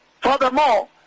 furthermore